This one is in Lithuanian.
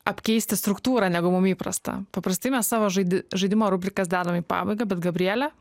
apkeisti struktūrą negu mum įprasta paprastai mes savo žaidi žaidimo rubrikas dedam į pabaigą bet gabriele